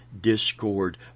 discord